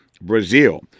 Brazil